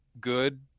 good